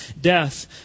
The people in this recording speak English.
death